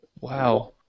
Wow